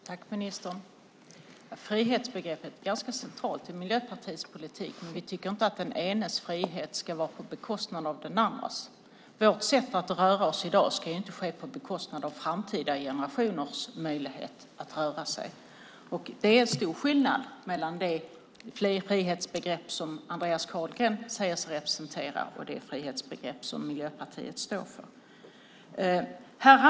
Fru talman! Jag tackar ministern för inlägget. Frihetsbegreppet är ganska centralt i Miljöpartiets politik, men vi tycker inte att den enas frihet ska uppnås på bekostnad av den andras. Vårt sätt att röra oss i dag ska inte ske på bekostnad av framtida generationers möjlighet att röra sig. Det är stor skillnad mellan det frihetsbegrepp som Andreas Carlgren säger sig representera och det frihetsbegrepp som Miljöpartiet står för.